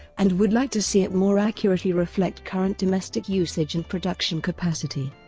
and would like to see it more accurately reflect current domestic usage and production capacity.